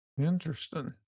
interesting